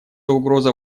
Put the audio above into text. угроза